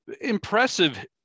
impressive